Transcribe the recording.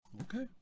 okay